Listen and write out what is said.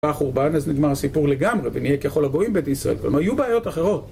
אחרי החורבן אז נגמר הסיפור לגמרי, ונהיה ככל הגויים בית ישראל, כלומר יהיו בעיות אחרות.